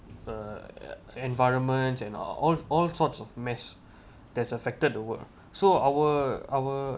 uh environment and uh all all sorts of mess that affected the world so our our